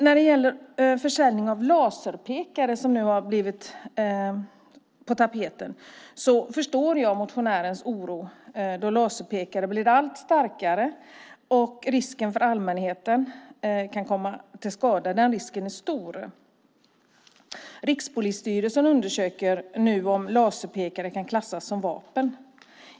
När det gäller försäljning av laserpekare, vilket nu har kommit på tapeten, förstår jag motionärens oro då laserpekare blir allt starkare och risken att allmänheten kan komma till skada är stor. Rikspolisstyrelsen undersöker nu om laserpekare kan klassas som vapen.